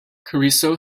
carrizo